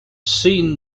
seen